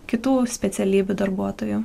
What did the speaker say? kitų specialybių darbuotojų